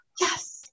yes